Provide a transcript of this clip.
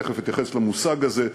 תכף אתייחס למושג הזה,